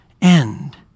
end